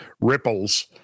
ripples